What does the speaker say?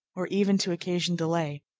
or even to occasion delay,